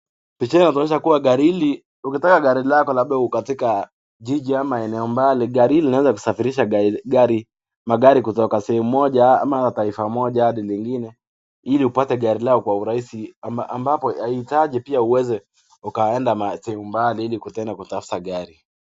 Picha inatuonyesha kuwa gari hili, ukitaka gari lako labda liko katika jiji ama eneo mbali, gari hili linaweza kusafirisha magari kutoka sehemu moja ama taifa moja hadi lingine ili upate gari lako kwa urahisi ambapo haiitaji pia uweze ukaenda mahali mbali ili uende ukatafute gari.